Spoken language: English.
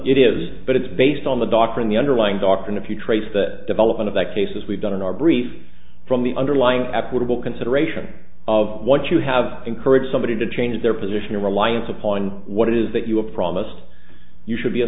it is but it's based on the doctrine the underlying doctrine if you trace the development of that case as we've done in our brief from the underlying equitable consideration of what you have encouraged somebody to change their position or reliance upon what it is that you were promised you should be a